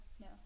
No